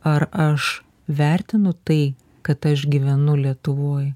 ar aš vertinu tai kad aš gyvenu lietuvoj